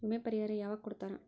ವಿಮೆ ಪರಿಹಾರ ಯಾವಾಗ್ ಕೊಡ್ತಾರ?